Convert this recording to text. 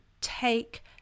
take